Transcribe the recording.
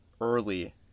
early